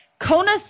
Kona